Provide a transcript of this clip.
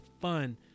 fun